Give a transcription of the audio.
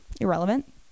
irrelevant